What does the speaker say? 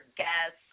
guess